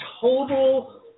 total